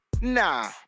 Nah